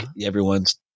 everyone's